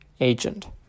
agent